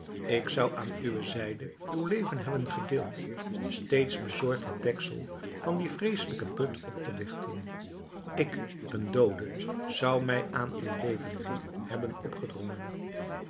ik zou aan uw zijde uw leven hebben gedeeld steeds bezorgd het deksel van dien vreeselijken put op te lichten ik een doode zou mij aan u levenden hebben opgedrongen